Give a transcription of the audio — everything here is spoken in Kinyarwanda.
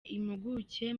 impuguke